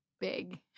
big